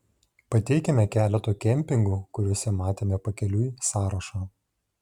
pateikiame keleto kempingų kuriuos matėme pakeliui sąrašą